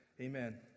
amen